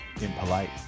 impolite